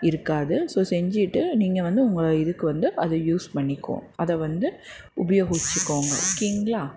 இருக்காது ஸோ செஞ்சிட்டு நீங்கள் வந்து உங்கள் இதுக்கு வந்து அதை யூஸ் பண்ணிக்கோ அதை வந்து உபயோகிச்சுக்கோங்க ஓகேங்களா